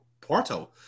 Porto